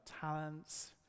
talents